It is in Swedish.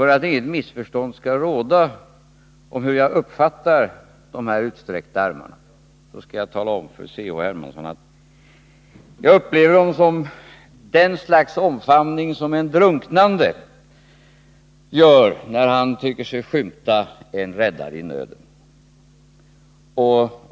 För att inget missförstånd skall råda om hur jag uppfattar de här utsträckta armarna, skall jag tala om för C.-H. Hermansson att jag upplever dem som det slags omfamning som en drunknande gör när han tycker sig skymta en räddare i nöden.